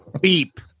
beep